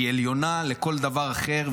היא עליונה לכל דבר אחר,